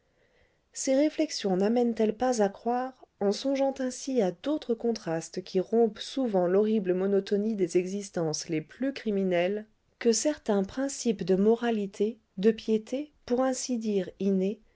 ces réflexions namènent elles pas à croire en songeant ainsi à d'autres contrastes qui rompent souvent l'horrible monotonie des existences les plus criminelles que certains principes de moralité de piété pour ainsi dire innés